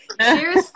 Cheers